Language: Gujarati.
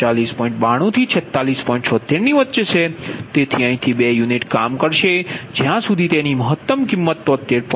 76 ની વચ્ચે છે તેથી અહીંથી બે યુનિટ કામ કરશે જ્યા સુધી તેની મહત્તમ કિંમત 73